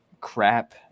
crap